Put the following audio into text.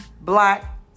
black